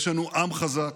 יש לנו עם חזק,